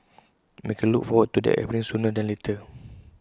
and we can look forward to that happening sooner than later